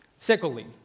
Secondly